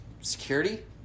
security